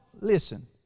listen